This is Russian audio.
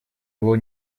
его